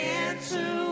answer